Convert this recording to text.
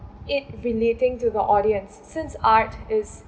it relating to the audience since art is